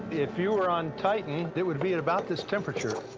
if you were on titan, it would be at about this temperature.